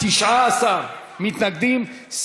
19 מתנגדים.